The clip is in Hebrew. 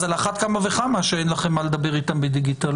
אז על אחת כמה וכמה שאין לכם מה לדבר איתן בדיגיטל.